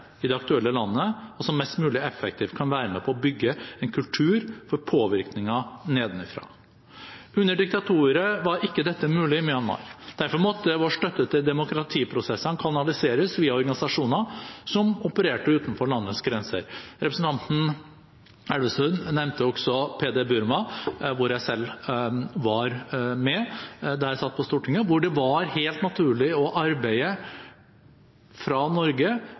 i det aktuelle landet, og som mest mulig effektivt kan være med på å bygge en kultur for påvirkning nedenfra. Under diktaturet var ikke dette mulig i Myanmar. Derfor måtte vår støtte til demokratiprosessen kanaliseres via organisasjoner som opererte utenfor landets grenser. Representanten Elvestuen nevnte også PD Burma, hvor jeg selv var med da jeg satt på Stortinget, hvor det var helt naturlig å arbeide fra Norge